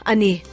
Ani